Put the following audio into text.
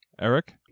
Eric